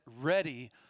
ready